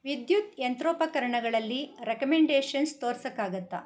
ವಿದ್ಯುತ್ ಯಂತ್ರೋಪಕರಣಗಳಲ್ಲಿ ರೆಕಮೆಂಡೇಷನ್ಸ್ ತೋರ್ಸೋಕ್ಕಾಗುತ್ತಾ